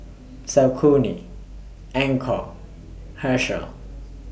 Saucony Anchor Herschel